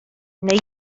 neu